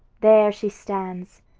there she stands,